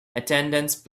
attendance